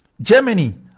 Germany